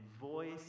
voice